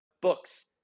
books